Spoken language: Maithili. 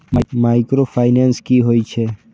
माइक्रो फाइनेंस कि होई छै?